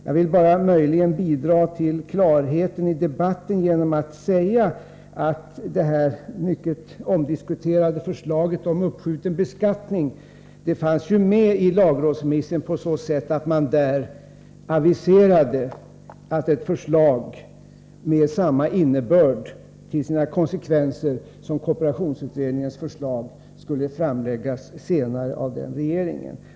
Jag vill bara bidra till klarheten i debatten genom att säga att det här mycket omdiskuterade förslaget om uppskjuten beskattning fanns med i lagrådsremissen på så sätt att man där aviserade att ett förslag med till sina konsekvenser samma innebörd som kooperationsutredningens förslag skulle framläggas senare av regeringen.